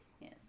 Yes